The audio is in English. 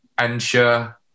ensure